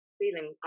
feeling